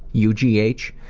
u g h.